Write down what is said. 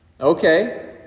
Okay